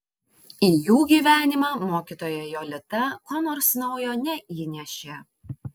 į jų gyvenimą mokytoja jolita ko nors naujo neįnešė